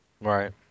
right